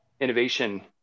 innovation